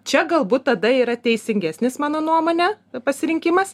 čia galbūt tada yra teisingesnis mano nuomone pasirinkimas